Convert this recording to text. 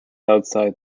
outside